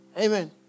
Amen